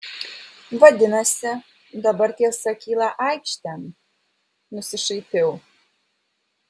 vadinasi dabar tiesa kyla aikštėn nusišaipiau